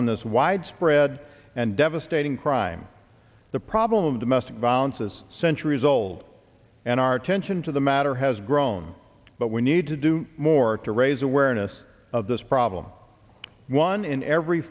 on this widespread and devastating crime the problem of domestic violence is centuries old and our attention to the matter has grown but we need to do more to raise awareness of this problem one in every